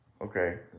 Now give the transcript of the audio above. Okay